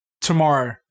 tomorrow